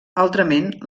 altrament